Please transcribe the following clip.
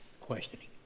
questioning